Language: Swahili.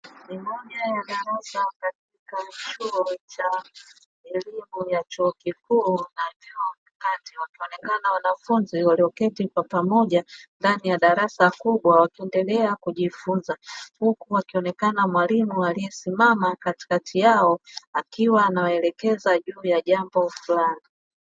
Ni mmoja ya darasa katika chuo cha elimu ya chuo kikuu na vyuo vya kati wakionekana wanafunzi walioketi kwa pamoja ndani ya darasa kubwa, wakiendelea kujifunza huku wakionekana mwalimu aliyesimama katikati yao akiwa anawaelekeza juu ya jambo fulani.